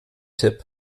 tipp